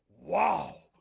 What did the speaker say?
wow,